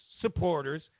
supporters